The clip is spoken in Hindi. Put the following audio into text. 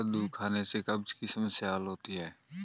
कद्दू खाने से कब्ज़ की समस्याए हल होती है